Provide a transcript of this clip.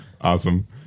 Awesome